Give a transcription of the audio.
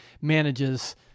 manages